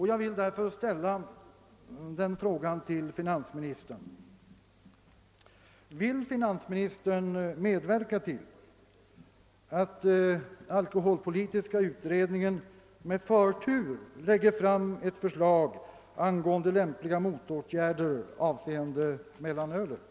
Jag vill fråga finansministern: Vill finansministern medverka till att alkoholpolitiska utredningen med förtur behandlar denna fråga och lägger fram förslag angående lämpliga motåtgärder beträffande mellanölet?